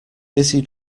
fizzy